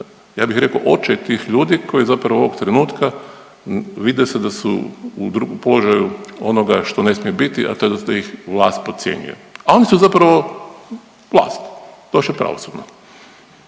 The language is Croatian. ja bih rekao očaj tih ljudi koji zapravo ovog trenutka vide se da su u položaju onoga što ne smije biti, a to je ih vlast podcjenjuje, a oni su zapravo vlast još i pravosudna.